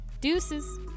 deuces